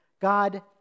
God